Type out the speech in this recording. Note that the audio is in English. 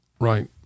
Right